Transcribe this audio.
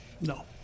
no